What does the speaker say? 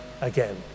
again